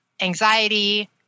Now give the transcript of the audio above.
anxiety